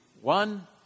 one